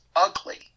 ugly